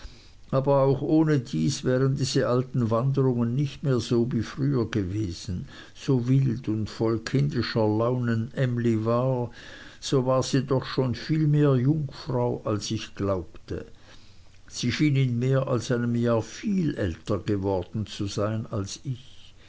aber auch ohnedies wären diese alten wanderungen nicht mehr so wie früher gewesen so wild und voll kindischer launen emly war so war sie doch schon viel mehr jungfrau als ich glaubte sie schien in mehr als einem jahr viel älter als ich geworden zu sein sie hatte mich